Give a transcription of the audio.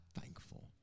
thankful